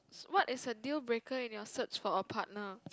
what is a dealbreaker in your search for a partner